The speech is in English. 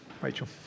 Rachel